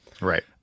Right